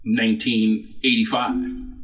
1985